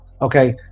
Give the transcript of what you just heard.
okay